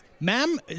Ma'am